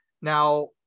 now